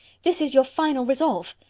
this is your final resolve!